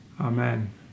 Amen